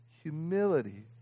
humility